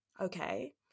Okay